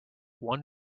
one